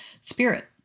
spirit